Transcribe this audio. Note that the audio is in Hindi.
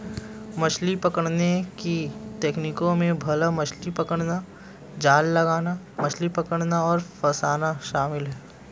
मछली पकड़ने की तकनीकों में भाला मछली पकड़ना, जाल लगाना, मछली पकड़ना और फँसाना शामिल है